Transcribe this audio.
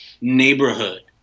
neighborhood